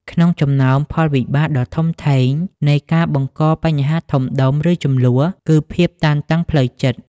ក្នុងចំណោមផលវិបាកដ៏ធំធេងនៃការបង្កបញ្ហាធំដុំ ឬជម្លោះ គឺភាពតានតឹងផ្លូវចិត្ត។